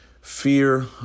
fear